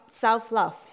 self-love